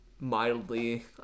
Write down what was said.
mildly